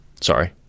sorry